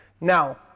Now